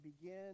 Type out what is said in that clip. begin